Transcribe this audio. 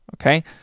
okay